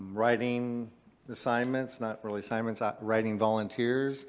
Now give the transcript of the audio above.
writing assignments, not really assignments, ah writing volunteers.